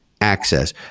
access